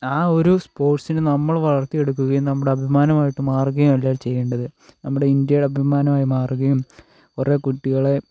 ആ ഒരു സ്പോർട്സിന് നമ്മൾ വളർത്തിയെടുക്കുകയും നമ്മുടെ അഭിമാനമായിട്ട് മാറുകയുമല്ലേ ചെയ്യേണ്ടത് നമ്മുടെ ഇന്ത്യയുടെ അഭിമാനമായി മാറുകയും കുറെ കുട്ടികളെ